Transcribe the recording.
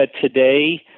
today